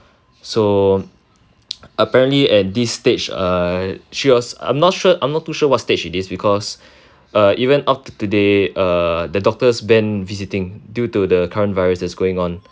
so apparently at this stage err she was I'm not sure I'm not too sure what stage it is because uh even up to today uh the doctors ban visiting due to the current virus is going on